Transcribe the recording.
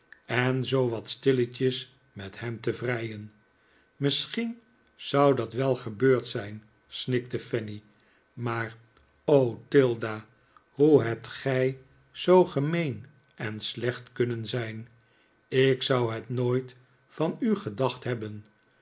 en zoo wat stilletjes met hem te vrijen misschien zou dat wel gebeurd zijn snikte fanny maar o tilda hoe hebt gij zoo gemeen en slecht kunnen zijn ik zou het nooit van u gedacht hebben